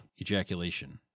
ejaculation